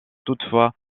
toutefois